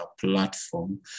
platform